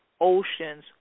oceans